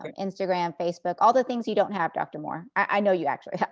and instagram, facebook, all the things you don't have, dr. moore. i know you actually